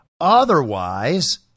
Otherwise